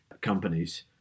companies